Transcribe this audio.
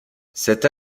cette